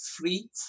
free